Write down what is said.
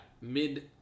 Mid